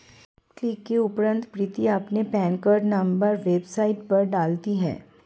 click के उपरांत प्रीति अपना पेन कार्ड नंबर वेबसाइट पर डालती है